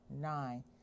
Nine